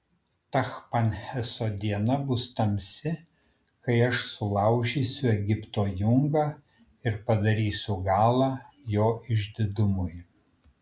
tachpanheso diena bus tamsi kai aš sulaužysiu egipto jungą ir padarysiu galą jo išdidumui